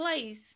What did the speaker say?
place